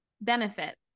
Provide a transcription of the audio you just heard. benefit